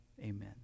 amen